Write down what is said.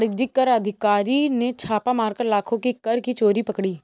वाणिज्य कर अधिकारी ने छापा मारकर लाखों की कर की चोरी पकड़ी